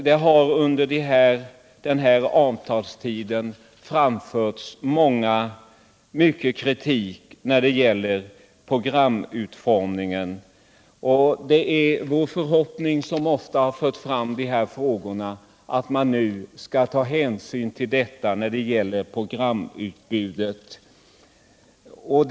Det har under den här avtalstiden framförts mycket kritik när det gäller programutformningen, och vi som ofta fört fram de frågorna har förhoppningen att man nu skall ta hänsyn till det när det gäller programutbudet.